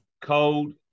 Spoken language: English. Cold